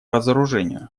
разоружению